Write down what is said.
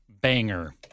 banger